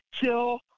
till